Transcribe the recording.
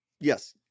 Yes